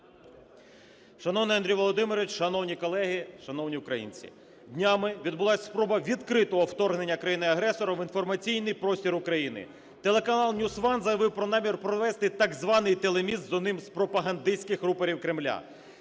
Шановний Андрій Володимирович, шановні колеги, шановні українці! Днями відбулася спроба відкритого вторгнення країни-агресора в інформаційний простір України. Телеканал NewsOne заявив про намір провести так званий телеміст з одним з пропагандистських рупорів Кремля.